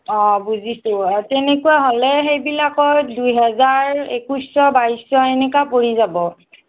অঁ বুজি তেনেকুৱা হ'লে সেইবিলাকৰ দুই হেজাৰ একৈছশ বাইছশ এনেকুৱা পৰি যাব